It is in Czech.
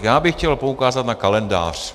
Já bych chtěl poukázat na kalendář.